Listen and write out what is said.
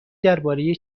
درباره